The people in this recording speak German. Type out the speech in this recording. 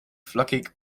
flockig